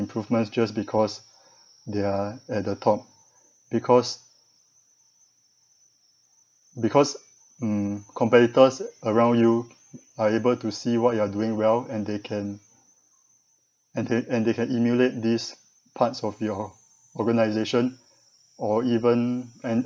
improvement just because they are at the top because because mm competitors around you are able to see what you are doing well and they can and they and they can emulate this parts of your organisation or even and